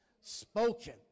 spoken